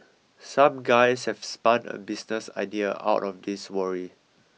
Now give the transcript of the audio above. some guys have spun a business idea out of this worry